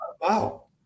Wow